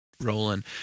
rolling